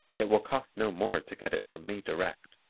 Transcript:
it will cost no more to get it from me direct.